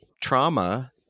trauma